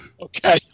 Okay